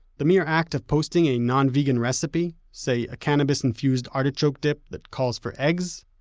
the mere act of posting a non-vegan recipe say a cannabis infused artichoke dip that calls for eggs?